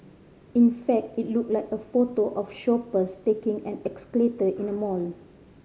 in fact it looked like a photo of shoppers taking an in a mall